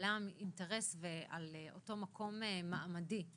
בעלם אינטרס ועל אותו מקום מעמדי,